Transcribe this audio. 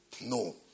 No